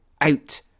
out